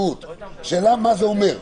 השאלה מה זה אומר.